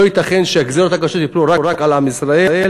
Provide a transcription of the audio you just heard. לא ייתכן שהגזירות הקשות ייפלו רק על עם ישראל,